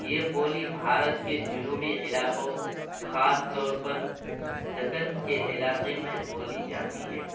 یہ بولی بھارت کے جنوبی علاقوں خاص طور پر دکن کے علاقہ میں بولی جاتی ہے